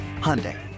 Hyundai